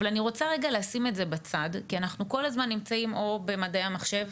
אני רוצה רגע לשים את זה בצד כי אנחנו כל הזמן נמצאים או במדעי המחשב